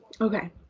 Okay